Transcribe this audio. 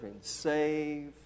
save